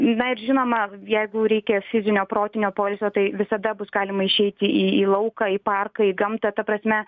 na ir žinoma jeigu reikia fizinio protinio poilsio tai visada bus galima išeiti į į lauką į parką į gamtą ta prasme